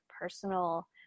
personal